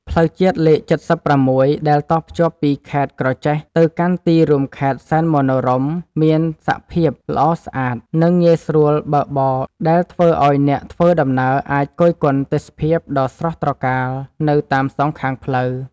ផ្លូវជាតិលេខ៧៦ដែលតភ្ជាប់ពីខេត្តក្រចេះទៅកាន់ទីរួមខេត្តសែនមនោរម្យមានសភាពល្អស្អាត និង ងាយស្រួលបើកបរដែលធ្វើឱ្យអ្នកធ្វើដំណើរអាចគយគន់ទេសភាពដ៏ស្រស់ត្រកាលនៅតាមសងខាងផ្លូវ។